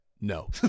No